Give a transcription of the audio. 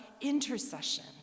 intercession